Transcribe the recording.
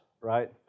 right